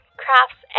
crafts